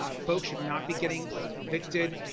ah folks should not be getting evicted.